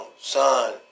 son